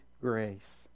grace